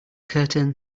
curtain